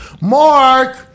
Mark